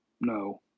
No